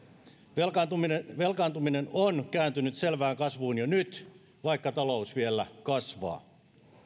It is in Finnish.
velkaantuminen velkaantuminen on kääntynyt selvään kasvuun jo nyt vaikka talous vielä kasvaa